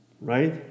right